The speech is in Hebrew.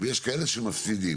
ויש כאלה שמפסידים.